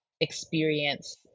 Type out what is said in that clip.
experience